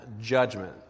judgment